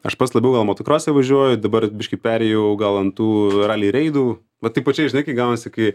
aš pats labiau gal motokrose važiuoju dabar biškį perėjau gal ant tų ralį reidų va taip pačiai žinai kai gaunasi kai